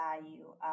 value